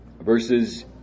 verses